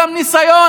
בפתרון,